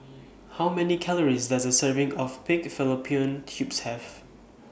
How Many Calories Does A Serving of Pig Fallopian Tubes Have